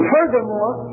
Furthermore